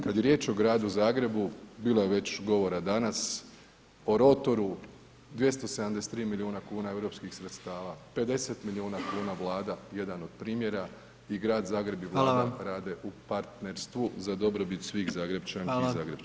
Kada je riječ o Gradu Zagrebu, bilo je već govora danas, o rotoru, 273 milijuna kuna europskih sredstava, 50 milijuna kuna vlada, jedan od primjera i Grad Zagreb … [[Upadica Predsjednik: Hvala vam.]] rade u partnerstvu za dobrobit svih Zagrepčanki i Zagrepčana.